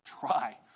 try